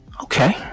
Okay